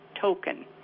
token